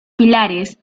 pilares